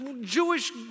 Jewish